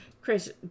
Chris